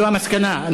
זו המסקנה.